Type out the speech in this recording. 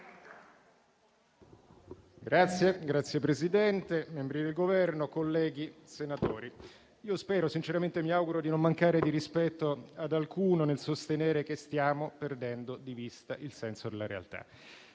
Signor Presidente, membri del Governo, colleghi senatori, io spero e sinceramente mi auguro di non mancare di rispetto ad alcuno nel sostenere che stiamo perdendo di vista il senso della realtà.